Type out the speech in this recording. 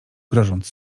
grożąc